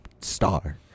star